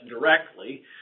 directly